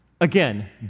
again